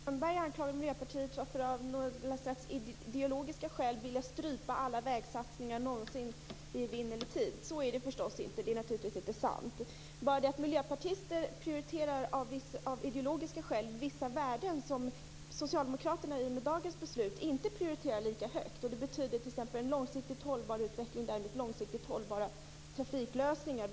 Fru talman! Hans Stenberg anklagar Miljöpartiet för att av ideologiska skäl vilja strypa alla vägsatsningar i evinnerlig tid. Så är det förstås inte. Det är naturligtvis inte sant. Men miljöpartister prioriterar av ideologiska skäl vissa värden som Socialdemokraterna i och med dagens beslut inte prioriterar lika högt. Det betyder t.ex. att vi vill ha en långsiktigt hållbar utveckling och därmed långsiktigt hållbara trafiklösningar.